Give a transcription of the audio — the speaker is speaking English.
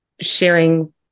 sharing